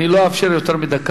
אני לא אאפשר יותר מדקה.